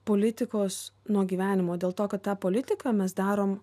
politikos nuo gyvenimo dėl to kad tą politiką mes darom